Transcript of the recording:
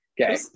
Okay